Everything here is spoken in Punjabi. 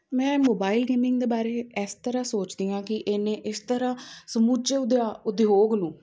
ਮੈਂ ਮੋਬਾਇਲ ਗੇਮਿੰਗ ਦੇ ਬਾਰੇ ਇਸ ਤਰ੍ਹਾਂ ਸੋਚਦੀ ਹਾਂ ਕਿ ਇਹਨੇ ਇਸ ਤਰ੍ਹਾਂ ਸਮੁੱਚੇ ਉਦਯਾ ਉਦਯੋਗ ਨੂੰ